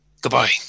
Goodbye